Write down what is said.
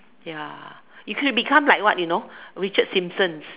ya you could have become like what you know Richard-Simpsons